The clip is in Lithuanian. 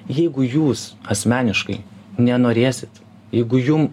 jeigu jūs asmeniškai nenorėsit jeigu jum